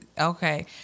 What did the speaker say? okay